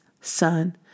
son